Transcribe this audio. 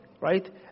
Right